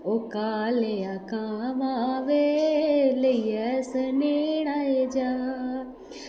ओह् कालेआ कामां बे लेइयै सनेह्ड़ा जा